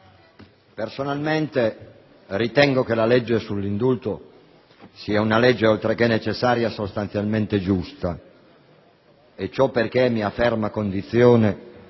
personalmente ritengo che la legge sull'indulto sia una legge, oltre che necessaria, sostanzialmente giusta, e ciò perché è mia ferma convinzione